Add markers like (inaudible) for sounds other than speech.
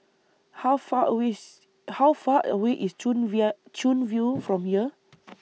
How Far away IS How Far away IS Chuan (unintelligible) Chuan View from here